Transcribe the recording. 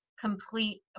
complete